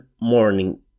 morning